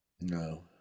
No